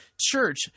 church